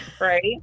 right